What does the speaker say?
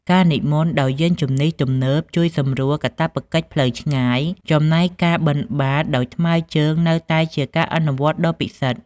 ការនិមន្តដោយយានជំនិះទំនើបជួយសម្រួលកាតព្វកិច្ចផ្លូវឆ្ងាយ ចំណែកការបិណ្ឌបាតដោយថ្មើរជើងនៅតែជាការអនុវត្តន៍ដ៏ពិសិដ្ឋ។